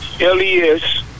L-E-S